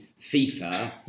FIFA